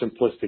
simplistic